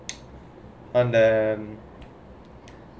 um